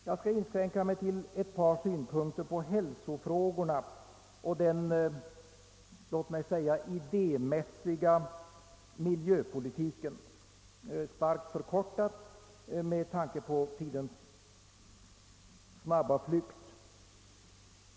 Jag skall här inskränka mig till ett par synpunkter på hälsofrågorna och på den låt mig säga idémässiga miljöpolitiken — starkt förkortade med tanke på tidens snabba flykt.